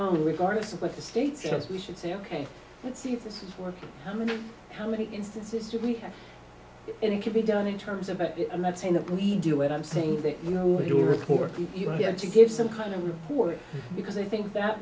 d regardless of what the states as we should say ok let's see if this is working how many how many instances do we have and it can be done in terms of i'm not saying that we do it i'm saying that you know if you're a poor people you have to give some kind of report because i think that